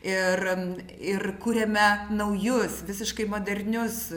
ir ir kuriame naujus visiškai modernius